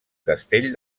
castell